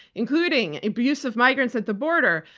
including abuse of migrants at the border,